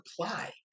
apply